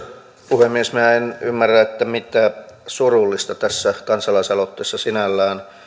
puhemies minä en ymmärrä mitä surullista tässä kansalaisaloitteessa sinällään